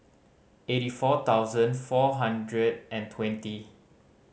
eighty four thousand four hundred and twenty